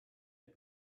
had